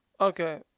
Okay